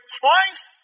Christ